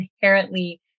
inherently